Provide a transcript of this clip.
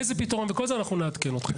איזה פתרון וכל זה אנחנו נעדכן אתכם.